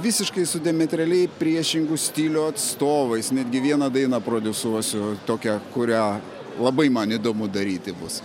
visiškai su diametraliai priešingų stilių atstovais netgi vieną dainą prodiusuosiu tokią kurią labai man įdomu daryti bus